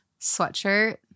sweatshirt